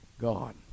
God